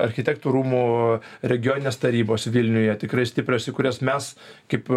architektų rūmų regioninės tarybos vilniuje tikrai stiprios į kurias mes kaip